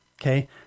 okay